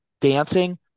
dancing